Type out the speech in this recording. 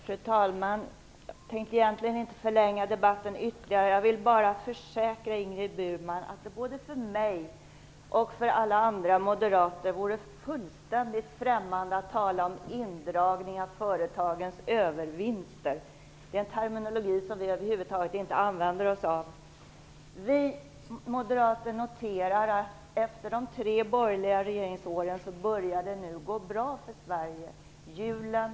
Fru talman! Jag tänker inte förlänga debatten ytterligare. Jag vill bara försäkra Ingrid Burman att det både för mig och alla andra moderater vore fullständigt främmande att tala om indragning av företagens övervinster. Det är en terminologi vi över huvud taget inte använder oss av. Vi moderater noterar att det efter de tre borgerliga regeringsåren nu börjar gå bra för Sverige.